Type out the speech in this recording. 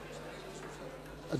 תודה,